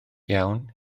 iawn